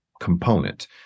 component